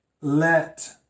let